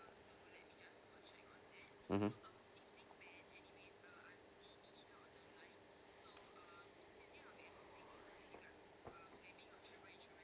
mmhmm